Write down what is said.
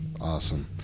Awesome